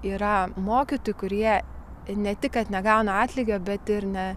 yra mokytojų kurie ne tik kad negauna atlygio bet ir ne